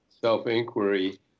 self-inquiry